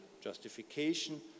justification